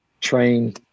train